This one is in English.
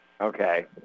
Okay